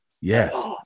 yes